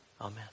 Amen